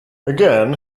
again